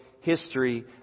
history